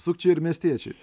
sukčiai ir miestiečiai